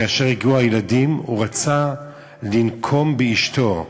וכאשר הגיעו הילדים הוא רצה לנקום באשתו,